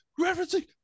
referencing